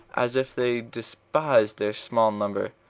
as if they despised their small number.